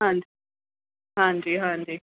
ਹਾਂਜੀ ਹਾਂਜੀ ਹਾਂਜੀ